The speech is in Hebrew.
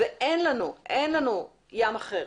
אין לנו ים אחר.